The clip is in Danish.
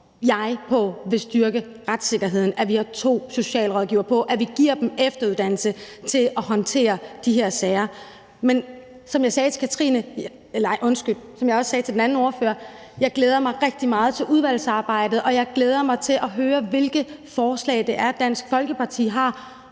det vil styrke retssikkerheden, at vi har to socialrådgivere på, og at vi giver dem efteruddannelse til at håndtere de her sager. Men som jeg også sagde til den anden ordfører, glæder jeg mig rigtig meget til udvalgsarbejdet, og jeg glæder mig til at høre, hvilke forslag Dansk Folkeparti har.